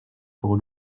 pour